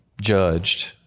judged